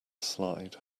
slide